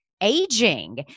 aging